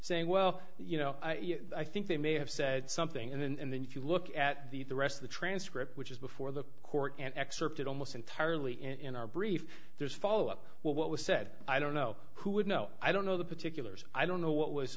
saying well you know i think they may have said something and then if you look at the the rest of the transcript which is before the court and excerpted almost entirely in our brief there's follow up what was said i don't know who would know i don't know the particulars i don't know what was